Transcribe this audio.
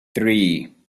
three